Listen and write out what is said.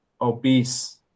obese